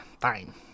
Fine